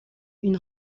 une